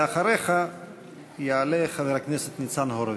אחריך יעלה חבר הכנסת ניצן הורוביץ.